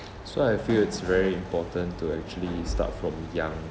so I feel it's very important to actually start from young